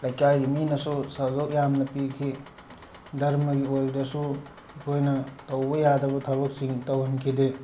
ꯂꯩꯀꯥꯏꯒꯤ ꯃꯤꯅꯁꯨ ꯁꯍꯖꯣꯛ ꯌꯥꯝꯅ ꯄꯤꯈꯤ ꯙꯔꯃꯒꯤ ꯑꯣꯏꯕꯗꯁꯨ ꯑꯩꯈꯣꯏꯅ ꯇꯧꯕ ꯌꯥꯗꯕ ꯊꯕꯛꯁꯤꯡ ꯇꯧꯍꯟꯈꯤꯗꯦ